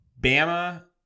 bama